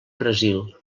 brasil